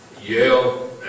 Yale